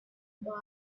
buy